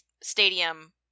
stadium